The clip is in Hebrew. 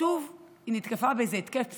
שוב היא נתקפה באיזה התקף פסיכוטי,